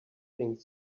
think